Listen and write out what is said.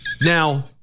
Now